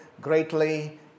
greatly